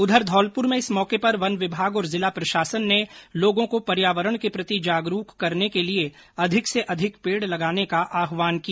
उधर धौलपुर में इस मौके पर वन विभाग और जिला प्रशासन ने लोगों को पर्यावरण के प्रति जागरूक करने के लिये अधिक से अधिक पेड लगाने का आहवान किया